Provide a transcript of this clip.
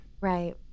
right